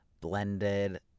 blended